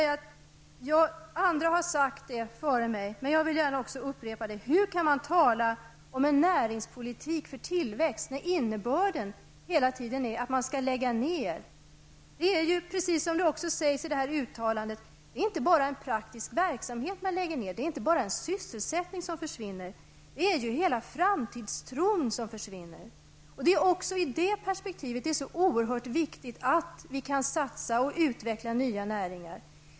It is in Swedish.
Andra har sagt detta före mig, men jag vill gärna upprepa det. Hur kan man tala om en näringspolitik för tillväxt när innebörden hela tiden är att man skall göra nedläggningar? Precis som det också framgår av uttalandet är det inte bara en praktisk verksamhet som läggs ner. Det är inte bara en sysselsättning som försvinner. Hela framtidstron försvinner. I det perspektivet är det så oerhört viktigt att vi kan satsa och utveckla nya näringar.